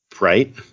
Right